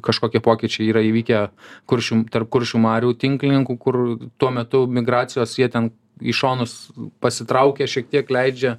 kažkokie pokyčiai yra įvykę kuršių tarp kuršių marių tinklininkų kur tuo metu migracijos jie ten į šonus pasitraukė šiek tiek leidžia